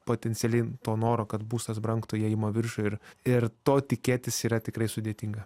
potencialiai to noro kad būstas brangtų jie ima viršų ir ir to tikėtis yra tikrai sudėtinga